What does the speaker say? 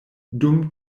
dum